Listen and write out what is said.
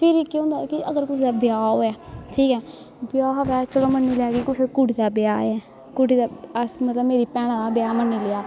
फिरी केह् होंदा कि अगर कुसै दा ब्याह होऐ ठीक ऐ ब्याह होऐ चलो मन्नी लेआ कि कुसै कुड़ी दा ब्याह ऐ कुड़ी दा अस मतलब मेरी भैना दा ब्याह मन्नी लेआ